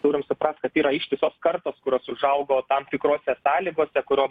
turim suprast kad yra ištisos kartos kurios užaugo tam tikrose sąlygose kurios